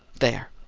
there!